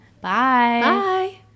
Bye